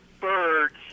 birds